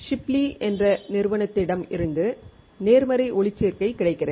ஷிப்லி என்ற நிறுவனத்திடமிருந்து நேர்மறை ஒளிச்சேர்க்கை கிடைக்கிறது